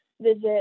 visit